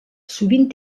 sovint